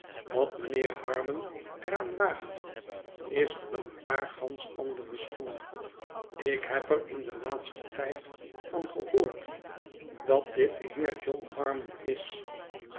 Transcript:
wat mijnheer harmon er aan waagt is een paar gansch andere schoenen ik heb er in den laatsten tijd van gehoord dat dit de heer john harmon is